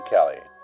Kelly